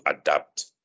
adapt